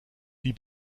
die